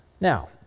Now